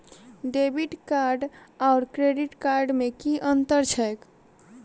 Debit card आओर credit card मे की अन्तर छैक?